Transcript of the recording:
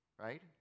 right